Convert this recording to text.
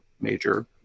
major